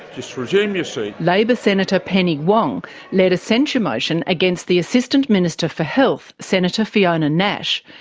just resume your seat. labor senator penny wong led a censure motion against the assistant minister for health, senator fiona nash,